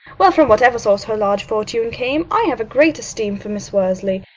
well, from whatever source her large fortune came, i have a great esteem for miss worsley.